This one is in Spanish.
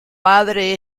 padre